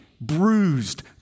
bruised